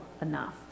enough